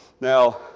Now